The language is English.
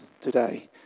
today